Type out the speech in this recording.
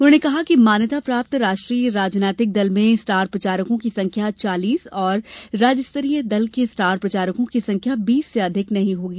उन्होंने कहा कि मान्यता प्राप्त राष्ट्रीय राजनैतिक दल में स्टार प्रचारकों की संख्या चालीस और राज्य स्तरीय दल के स्टार प्रचारकों की संख्या बीस से अधिक नहीं होगी